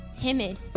Timid